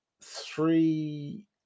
three